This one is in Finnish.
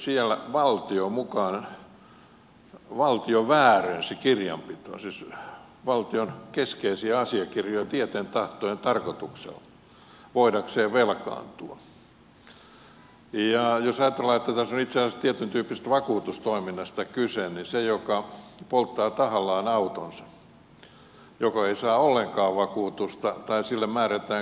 siellä valtio väärensi kirjanpitonsa siis valtion keskeisiä asiakirjoja tieten tahtoen tarkoituksella voidakseen velkaantua ja jos ajatellaan että tässä on itse asiassa tietyntyyppisestä vakuutustoiminnasta kyse niin se joka polttaa tahallaan autonsa joko ei saa ollenkaan vakuutusta tai sille määrätään korkeampi vakuutusmaksu